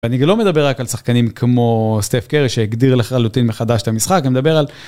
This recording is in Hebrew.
אני לא מדבר רק על שחקנים כמו סטף קרי שהגדיר לחלוטין מחדש את המשחק, אני מדבר על...